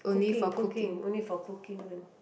cooking cooking only for cooking one